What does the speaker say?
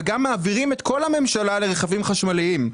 וגם מעבירים את כל הממשלה לרכבים חשמליים,